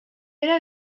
era